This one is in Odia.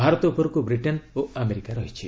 ଭାରତ ଉପରକୁ ବିଟେନ ଓ ଆମେରିକା ରହିଛି